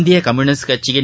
இந்திய கம்யூனிஸ்ட் கட்சியின்